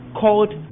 called